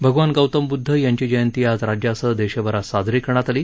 भगवान गौतम ब्दध यांची जयंती आज राज्यासह देशभरात साजरी करण्यात आली